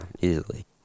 easily